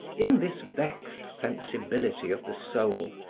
in this vexed sensibility of the soul,